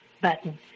button